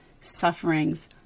sufferings